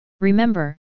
Remember